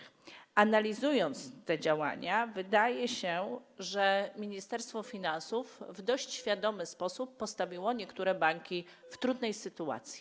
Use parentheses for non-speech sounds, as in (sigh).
Gdy analizuje się te działania, wydaje się, że Ministerstwo Finansów (noise) w dość świadomy sposób postawiło niektóre banki w trudnej sytuacji.